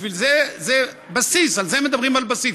בשביל זה זה בסיס, על זה מדברים, על בסיס.